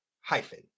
hyphen